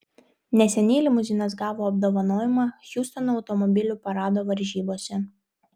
neseniai limuzinas gavo apdovanojimą hjustono automobilių parado varžybose